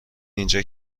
اینجا